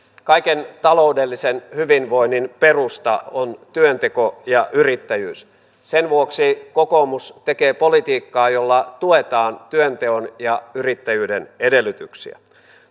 kaiken ta loudellisen hyvinvoinnin perusta on työnteko ja yrittäjyys sen vuoksi kokoomus tekee politiikkaa jolla tuetaan työnteon ja yrittäjyyden edellytyksiä